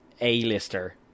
A-lister